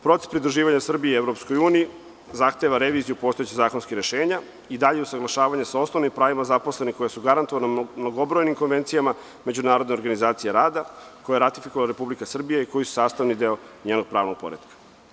Proces pridruživanja Srbije EU zahteva reviziju postojećih zakonskih rešenja i dalje usaglašavanja sa osnovnim pravima zaposlenih koja su garantovana mnogobrojnim konvencijama Međunarodne organizacije rada koje je ratifikovala Republika Srbija i koje su sastavni deo njenog pravnog poretka.